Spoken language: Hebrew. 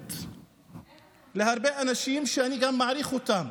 אטימות מהרבה אנשים, שאני גם מעריך אותם,